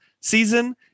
season